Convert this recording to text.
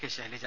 K Shailaja